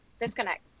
disconnect